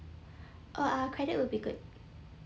uh credit will be good